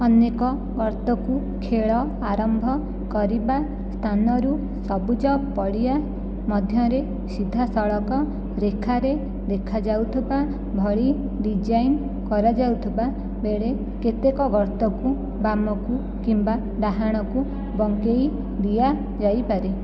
ଅନେକ ଗର୍ତ୍ତକୁ ଖେଳ ଆରମ୍ଭ କରିବା ସ୍ଥାନରୁ ସବୁଜ ପଡ଼ିଆ ମଧ୍ୟରେ ସିଧାସଳଖ ରେଖାରେ ଦେଖାଯାଉଥିବା ଭଳି ଡିଜାଇନ୍ କରାଯାଉଥିବା ବେଳେ କେତେକ ଗର୍ତ୍ତକୁ ବାମକୁ କିମ୍ବା ଡାହାଣକୁ ବଙ୍କାଇ ଦିଆଯାଇପାରେ